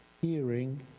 hearing